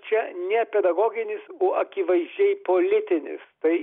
čia ne pedagoginis o akivaizdžiai politinis tai